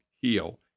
heal